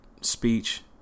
speech